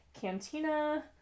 Cantina